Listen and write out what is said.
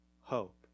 hope